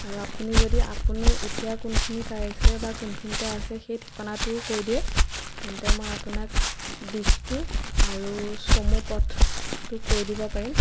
আৰু আপুনি যদি আপুনি এতিয়া কোনখিনি পাইছে বা কোনখিনিতে আছে সেই ঠিকনাটোও কৈ দিয়ে তেন্তে মই আপোনাক দিশটো আৰু চমু পথটো কৈ দিব পাৰিম